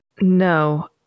no